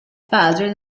padre